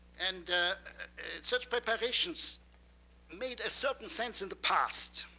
and such preparations made a certain sense in the past,